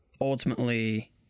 ultimately